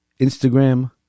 Instagram